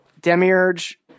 Demiurge